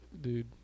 dude